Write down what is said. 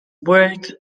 worked